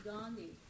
Gandhi